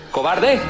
Cobarde